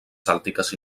cèltiques